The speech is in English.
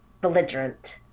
belligerent